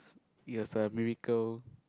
because it was a miracle